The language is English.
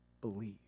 believe